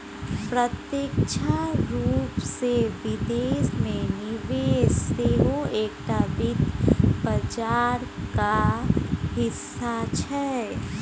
प्रत्यक्ष रूपसँ विदेश मे निवेश सेहो एकटा वित्त बाजारक हिस्सा छै